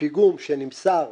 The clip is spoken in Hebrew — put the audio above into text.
פיגום שנמסר